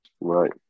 Right